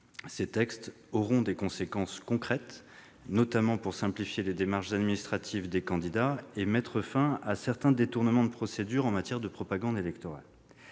Ces textes auront des conséquences concrètes, notamment pour simplifier les démarches administratives des candidats et mettre fin à certains détournements de procédure en matière de propagande électorale.